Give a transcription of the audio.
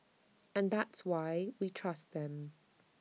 and that's why we trust them